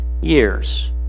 years